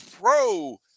pro